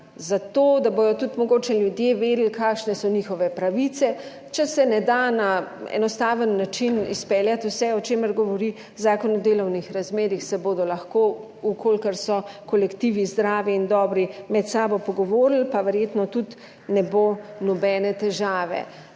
za to, da bodo tudi mogoče ljudje vedeli kakšne so njihove pravice. Če se ne da na enostaven način izpeljati vse, o čemer govori Zakon o delovnih razmerjih, se bodo lahko, v kolikor so kolektivi zdravi in dobri, med sabo pogovorili, pa verjetno tudi ne bo nobene težave.